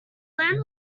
land